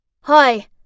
Hi